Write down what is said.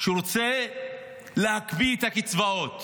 שהוא רוצה להקפיא את הקצבאות